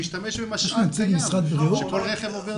להשתמש במשאב קיים, שכל רכב עובר דרכו.